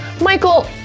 Michael